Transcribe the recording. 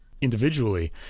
individually